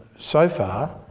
so far,